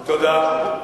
תודה.